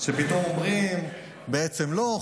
שפתאום אומרים: בעצם לא,